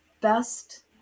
best